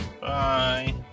Bye